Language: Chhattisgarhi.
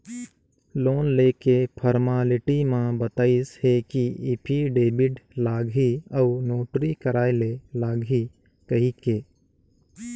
लोन लेके फरमालिटी म बताइस हे कि एफीडेबिड लागही अउ नोटरी कराय ले लागही कहिके